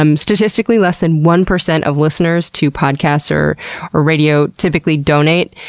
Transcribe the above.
um statistically less than one percent of listeners to podcasts or or radio typically donate,